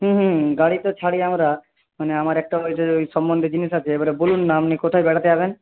হুম হুম হুম গাড়ি তো ছাড়ি আমরা মানে আমার একটা ওই যে ওই সম্বন্ধে জিনিস আছে এবারে বলুন না আপনি কোথায় বেড়াতে যাবেন